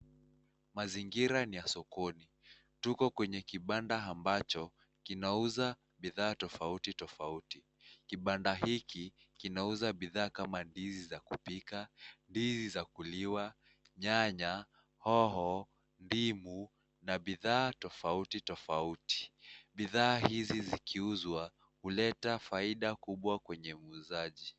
Mazingira ni ya sokoni, tuko kwenye kibanda ambacho, kinauza bidhaa tofauti tofauti. Kibanda hiki kinauza bidhaa kama ndizi za kupika, ndiza za kuliwa, nyanya, hoho, ndimu na bidhaa tofauti tofauti. Bidhaa hizi zikiuzwa huleta faida kubwa kwenye muuzaji.